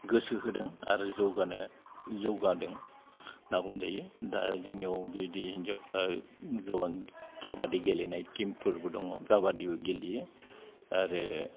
गोसो होदों आरो जौगादों होनना बुंजायो दा जोंनियाव बेबायदि हिनजावफ्रा गोबां खाबादि गेलेनाय टिमफोरबो दङ खाबादिबो गेलेयो आरो